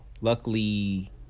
luckily